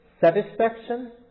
satisfaction